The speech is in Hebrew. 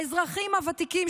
האזרחים הוותיקים,